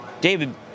David